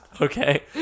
Okay